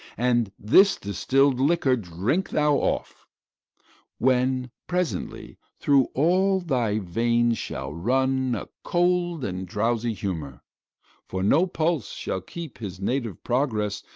and this distilled liquor drink thou off when, presently, through all thy veins shall run a cold and drowsy humour for no pulse shall keep his native progress,